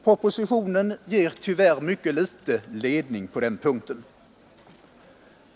Propositionen ger tyvärr mycket liten ledning på den punkten.